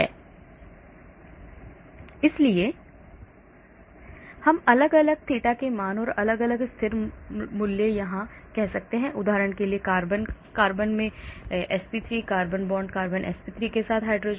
Refer SlideTime 0650 इसलिए हम अलग अलग थेटा के मान और अलग अलग स्थिर मूल्य यहां कह सकते हैं उदाहरण के लिए carbon carbon carbon in sp3 carbon carborn sp3 के साथ hydrogen H